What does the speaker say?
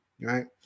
right